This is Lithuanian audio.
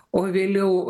o vėliau